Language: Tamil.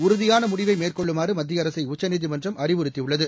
உறுதியான முடிவை மேற்கொள்ளுமாறு மத்திய அரசை உச்சநீதிமன்றம் அறிவுறுத்தியுள்ளது